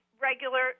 regular